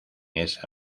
esa